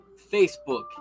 Facebook